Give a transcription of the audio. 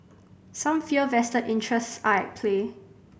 some fear vested interests are at play